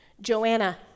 Joanna